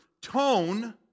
tone